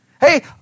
Hey